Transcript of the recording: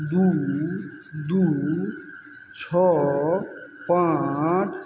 दू दू छओ पाँच